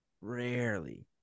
Rarely